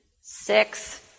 Six